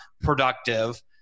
productive